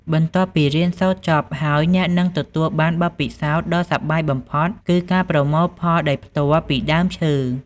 បន្ទាប់ពីរៀនសូត្រចប់ហើយ អ្នកនឹងទទួលបានបទពិសោធន៍ដ៏សប្បាយបំផុតគឺការប្រមូលផលដោយផ្ទាល់ពីដើមឈើ។